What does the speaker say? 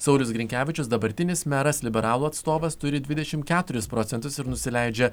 saulius grinkevičius dabartinis meras liberalų atstovas turi dvidešimt keturis procentus ir nusileidžia